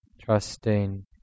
trusting